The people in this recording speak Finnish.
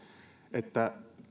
että